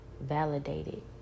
validated